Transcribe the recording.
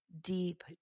deep